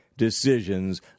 decisions